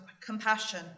compassion